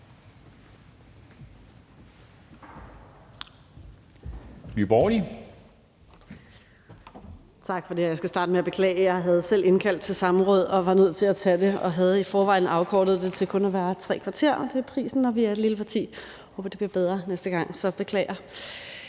Tak for det. Jeg skal starte med at beklage. Jeg havde selv indkaldt til samråd og var nødt til at tage det, og jeg havde i forvejen afkortet det til kun at vare tre kvarter. Det er prisen, når vi er et lille parti. Jeg håber, at det bliver bedre næste gang. Så jeg beklager.